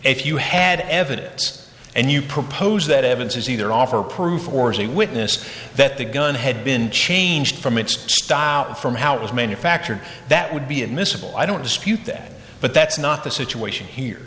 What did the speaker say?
if you had evidence and you propose that evidence is either offer proof or as a witness that the gun had been changed from its style from how it was manufactured that would be admissible i don't dispute that but that's not the situation here